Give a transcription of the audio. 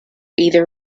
either